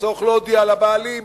בצורך להודיע לבעלים,